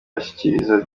ashyikiriza